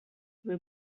will